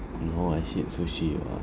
no I hate sushi ah